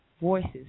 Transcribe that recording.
voices